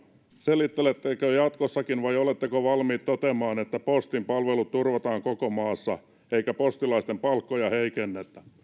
selittelettekö jatkossakin vai oletteko valmiit toteamaan että postin palvelut turvataan koko maassa eikä postilaisten palkkoja heikennetä